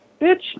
bitch